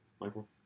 Michael